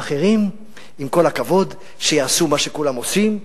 האחרים, עם כל הכבוד, שיעשו מה שכולם עושים,